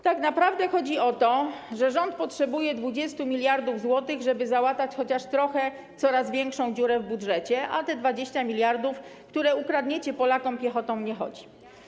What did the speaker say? Tak naprawdę chodzi o to, że rząd potrzebuje 20 mld zł, żeby załatać chociaż trochę coraz większą dziurę w budżecie, a te 20 mld, które ukradniecie Polakom, piechotą nie chodzi.